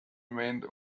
remained